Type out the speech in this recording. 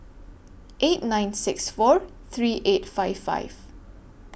eight nine six four three eight five five